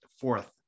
Fourth